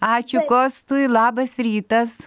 ačiū kostui labas rytas